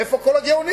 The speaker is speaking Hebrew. איפה כל הגאונים?